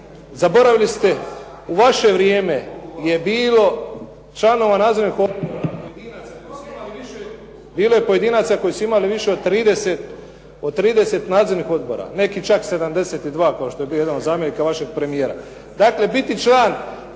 zaboravili ste u vaše vrijeme je bilo članova .../Govornik isključen, ne čuje se./... bilo je pojedinaca koji su imali više od 30 nadzornih odbora. Neki čak 72 kao što je bio jedan od zamjenika vašeg premijera.